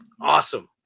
awesome